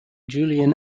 julian